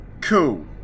cool